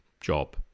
job